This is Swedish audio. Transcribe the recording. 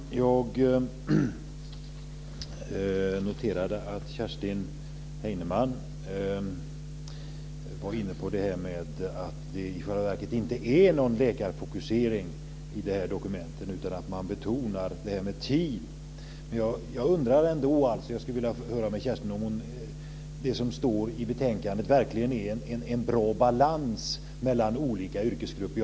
Fru talman! Jag noterade att Kerstin Heinemann var inne på att det i själva verket inte är någon läkarfokusering i det här dokumentet utan att man betonar detta med team. Jag skulle ändå vilja höra med Kerstin om det som står i betänkandet verkligen innebär en bra balans mellan olika yrkesgrupper.